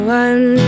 one